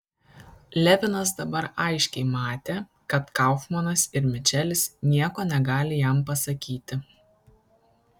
levinas dabar aiškiai matė kad kaufmanas ir mičelis nieko negali jam pasakyti